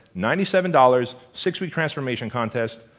ninety seven dollars, six-week transformation contest,